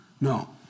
No